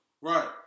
Right